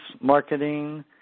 marketing